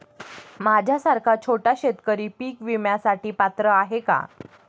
माझ्यासारखा छोटा शेतकरी पीक विम्यासाठी पात्र आहे का?